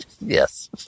Yes